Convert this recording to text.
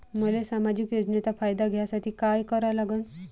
मले सामाजिक योजनेचा फायदा घ्यासाठी काय करा लागन?